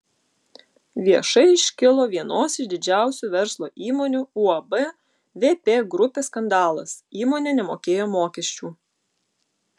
viešai iškilo vienos iš didžiausių verslo įmonių uab vp grupė skandalas įmonė nemokėjo mokesčių